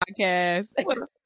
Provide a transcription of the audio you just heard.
Podcast